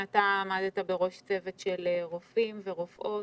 אתה עמדת בראש צוות של רופאים ורופאות,